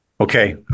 Okay